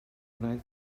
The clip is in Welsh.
gwneud